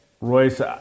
Royce